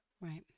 Right